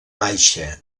baixa